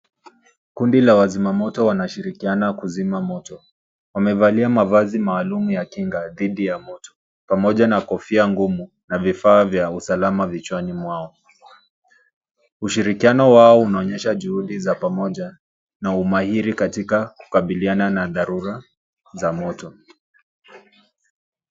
Kundi la wazima moto wanashirikiana kuzima moto. Wamevalia mavazi maalum ya kinga thidi ya moto, pamoja na kofia ngumu na vifaa vya usalama vichwani mwao. Ushirikiano wao unaonyesha juhudi za pamoja na umahiri katika kukabiliana na tharura za moto.